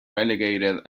relegated